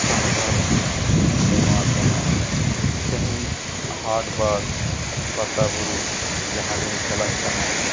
ᱥᱟᱸᱜᱷᱟᱨ ᱫᱚ ᱱᱚᱣᱟ ᱠᱟᱱᱟ ᱛᱮᱦᱮᱧ ᱦᱟᱴ ᱵᱟᱴ ᱯᱟᱛᱟᱼᱵᱩᱨᱩ ᱡᱟᱦᱟᱸᱜᱮᱢ ᱪᱟᱞᱟᱜ ᱠᱟᱱᱟ